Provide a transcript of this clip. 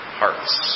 hearts